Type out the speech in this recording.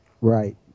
Right